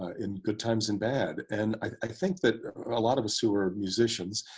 in good times and bad. and i think that a lot of us who are musicians,